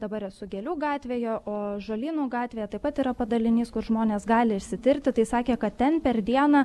dabar esu gėlių gatvėje o žolynų gatvėje taip pat yra padalinys kur žmonės gali išsitirti tai sakė kad ten per dieną